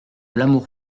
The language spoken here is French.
l’amour